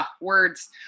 words